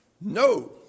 No